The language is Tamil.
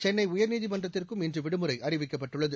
சென்னை உயர்நீதிமன்றத்திற்கும் இன்று விடுமுறை அறிவிக்கப்பட்டுள்ளது